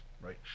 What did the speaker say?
right